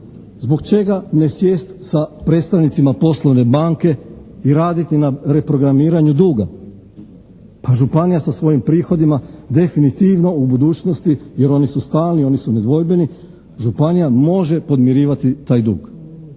zbog čega ne sjesti sa predstavnicima poslovne banke i raditi na reprogramiranju duga. Pa županija sa svojim prihodima definitivno u budućnosti, jer oni su stalni, oni su nedvojbeni, županija može podmirivati taj dug.